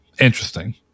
Interesting